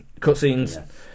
cutscenes